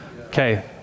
Okay